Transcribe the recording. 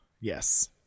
Yes